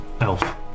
elf